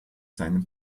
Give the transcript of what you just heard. seinem